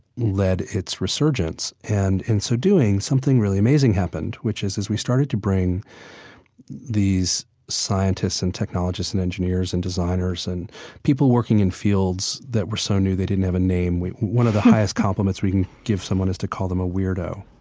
led its resurgence. and in so doing, something really amazing happened, which is as we started to bring these scientists and technologists and engineers and designers and people working in fields that were so new they didn't have a name. one of the highest compliments we can give someone is to call them a weirdo